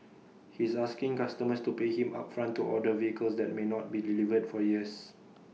he's asking customers to pay him upfront to order vehicles that may not be delivered for years